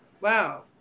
wow